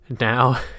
Now